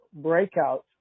breakouts